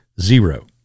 Zero